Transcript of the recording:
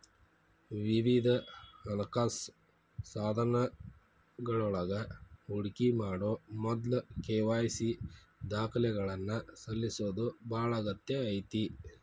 ವಿವಿಧ ಹಣಕಾಸ ಸಾಧನಗಳೊಳಗ ಹೂಡಿಕಿ ಮಾಡೊ ಮೊದ್ಲ ಕೆ.ವಾಯ್.ಸಿ ದಾಖಲಾತಿಗಳನ್ನ ಸಲ್ಲಿಸೋದ ಬಾಳ ಅಗತ್ಯ ಐತಿ